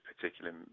particular